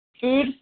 food